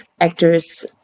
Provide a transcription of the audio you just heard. actors